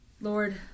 Lord